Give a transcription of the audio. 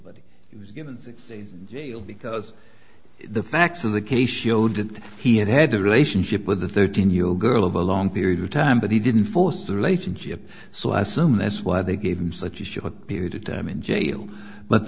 but it was given six days jail because the facts of the case showed that he had had a relationship with a thirteen year old girl over a long period of time but he didn't force the relationship so i assume that's why they gave him such a short period of time in jail but